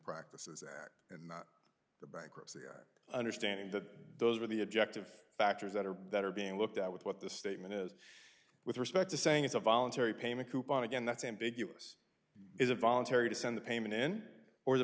practices and not the bankruptcy or understanding that those were the objective factors that are that are being looked at with what the statement is with respect to saying it's a voluntary payment coupon again that's ambiguous is a voluntary to send the payment n or the